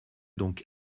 donc